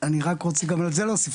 אני רק רוצה להוסיף,